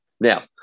Now